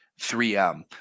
3m